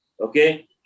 Okay